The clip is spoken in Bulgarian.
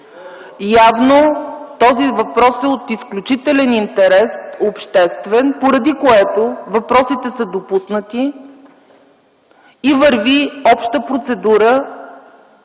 Явно този въпрос е от изключителен обществен интерес, поради което въпросите са допуснати и върви обща процедура